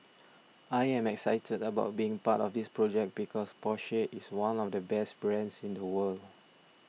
I am excited about being part of this project because Porsche is one of the best brands in the world